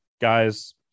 guys